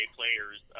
players